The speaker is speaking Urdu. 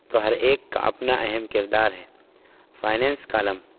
تو ہر ایک کا اپنا اہم کردار ہے فائننس کالم